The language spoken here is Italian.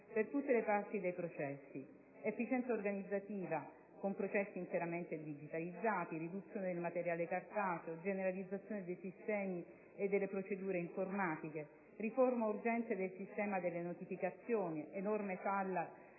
per tutte le parti dei processi; efficienza organizzativa, con processi interamente digitalizzati, riduzione del materiale cartaceo, generalizzazione dei sistemi e delle procedure informatiche; riforma urgente del sistema delle notificazioni (enorme falla